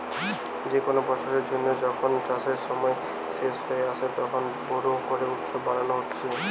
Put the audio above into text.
যে কোনো বছরের জন্য যখন চাষের সময় শেষ হয়ে আসে, তখন বোরো করে উৎসব মানানো হতিছে